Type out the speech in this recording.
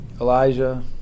Elijah